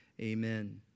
Amen